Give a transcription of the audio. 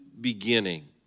beginning